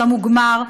על המוגמר.